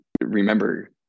remember